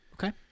Okay